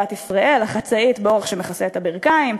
לבת ישראל: החצאית באורך שמכסה את הברכיים,